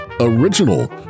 original